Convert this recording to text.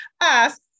ask